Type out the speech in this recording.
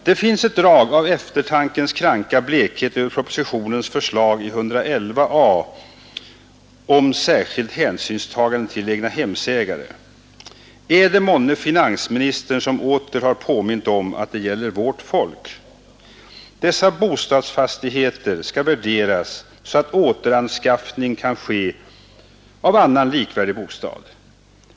Det finns ett drag av eftertankens kranka blekhet över propositionens förslag i 111 a § om särskilt hänsynstagande till egnahemsägare. Är det månne finansministern som åter har påmint om att det gäller ”vårt folk”? Dessa bostadsfastigheter skall värderas så att återanskaffning kan ske av annan likvärdig bostad.